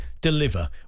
deliver